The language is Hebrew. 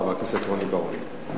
חבר הכנסת רוני בר-און.